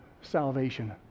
salvation